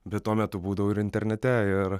bet tuo metu būdavau ir internete ir